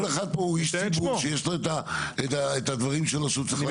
כל אחד פה הוא איש ציבור שיש לו את הדברים שלו שהוא צריך.